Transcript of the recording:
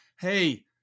hey